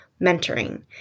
mentoring